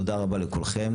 תודה רבה לכולכם.